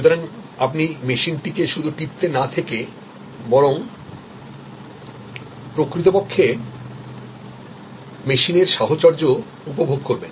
সুতরাং আপনি মেশিন টিকে শুধু টিপতে না থেকে বরং প্রকৃতপক্ষে মেশিনের সাহচর্য উপভোগ করবেন